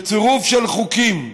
צירוף של חוקים,